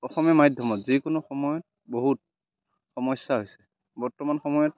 অসমীয়া মাধ্যমত যিকোনো সময়ত বহুত সমস্যা হৈছে বৰ্তমান সময়ত